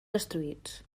destruïts